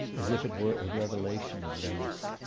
as if it were a revelation of venice.